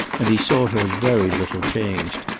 and he saw her very little changed.